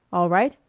all right.